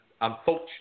unfortunately